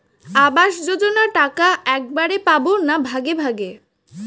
আবাস যোজনা টাকা একবারে পাব না ভাগে ভাগে?